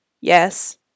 yes